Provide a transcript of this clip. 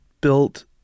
built